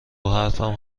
حرفم